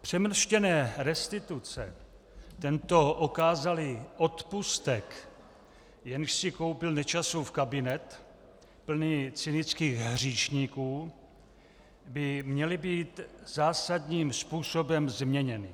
Přemrštěné restituce, tento okázalý odpustek, jejž si koupil Nečasův kabinet plný cynických hříšníků, by měly být zásadním způsobem změněny.